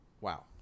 Wow